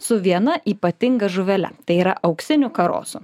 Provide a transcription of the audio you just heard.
su viena ypatinga žuvele tai yra auksiniu karosu